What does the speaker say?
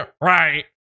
right